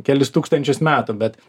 kelis tūkstančius metų bet